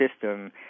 system